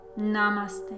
Namaste